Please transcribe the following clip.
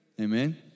Amen